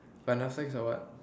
about Netflix or what